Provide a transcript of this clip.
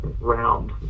round